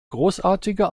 großartige